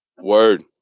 Word